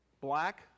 black